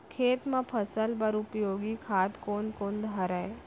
खेत म फसल बर उपयोगी खाद कोन कोन हरय?